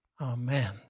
Amen